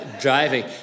driving